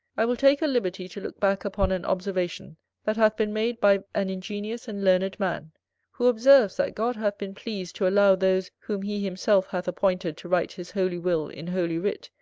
i will take a liberty to look back upon an observation that hath been made by an ingenious and learned man who observes, that god hath been pleased to allow those whom he himself hath appointed to write his holy will in holy writ,